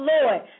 Lord